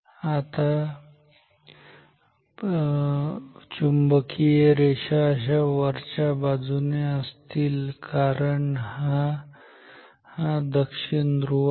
आता चुंबकीय रेषा अशा वरच्या बाजूने असतील कारण हा दक्षिण ध्रुव आहे